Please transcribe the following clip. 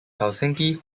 helsinki